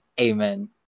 Amen